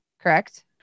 Correct